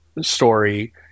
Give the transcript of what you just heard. story